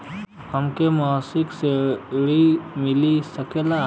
हमके मासिक ऋण मिल सकेला?